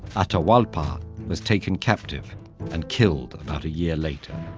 atahualpa was taken captive and killed about a year later.